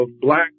Black